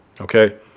Okay